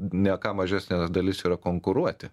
ne ką mažesnė dalis yra konkuruoti